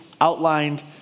outlined